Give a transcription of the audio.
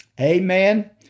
Amen